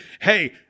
hey